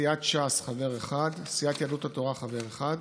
סיעת ש"ס, חבר אחד, סיעת יהדות התורה, חבר אחד,